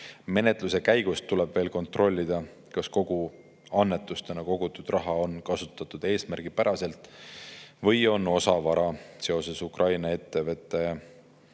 Menetluse käigus tuleb veel kontrollida, kas kogu annetustena kogutud raha on kasutatud eesmärgipäraselt või on osa vara seoses Ukraina ettevõtte